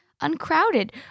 uncrowded